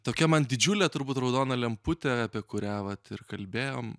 tokia man didžiulė turbūt raudona lemputė apie kurią vat ir kalbėjom